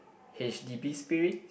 H_D_B spirit